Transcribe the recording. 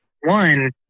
One